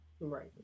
Right